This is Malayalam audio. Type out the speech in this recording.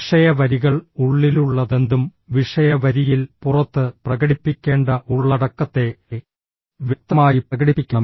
വിഷയ വരികൾ ഉള്ളിലുള്ളതെന്തും വിഷയ വരിയിൽ പുറത്ത് പ്രകടിപ്പിക്കേണ്ട ഉള്ളടക്കത്തെ വ്യക്തമായി പ്രകടിപ്പിക്കണം